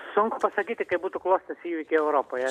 sunku pasakyti kaip būtų klostęsi įvykiai europoje